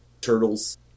turtles